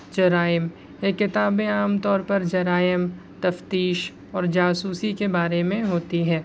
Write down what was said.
جرائم یہ کتابیں عام طور پر جرائم تفتیش اور جاسوسی کے بارے میں ہوتی ہے